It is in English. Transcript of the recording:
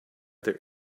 their